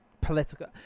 political